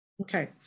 Okay